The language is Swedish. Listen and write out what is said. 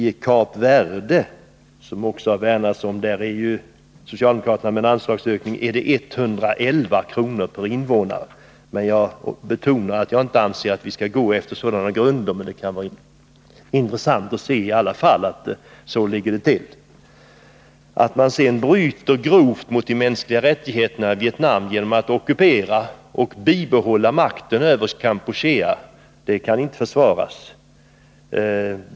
I Kap Verde, som socialdemokraterna också har värnat om, skulle det med den anslagsökning som de föreslår bli 111 kr. per invånare. Jag betonar alltså att vi inte skall utgå från sådana jämförelser. Icke desto mindre kan det vara av intresse att se att proportionerna är sådana. Att därtill Vietnam bryter grovt mot de mänskliga rättigheterna genom att ockupera och bibehålla makten över Kampuchea kan inte försvaras.